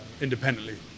independently